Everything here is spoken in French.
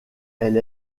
elle